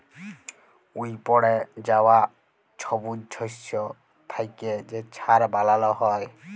উইপড়ে যাউয়া ছবুজ শস্য থ্যাইকে যে ছার বালাল হ্যয়